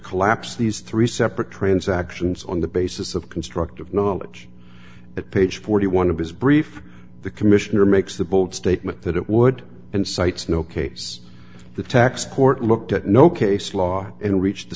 collapse these three separate transactions on the basis of constructive knowledge at page forty one dollars of his brief the commissioner makes the bold statement that it would and cites no case the tax court looked at no case law and reached the